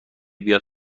بیاد